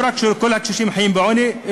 לא רק שכל הקשישים חיים בעוני,